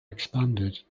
expanded